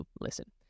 listen